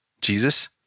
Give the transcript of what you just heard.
Jesus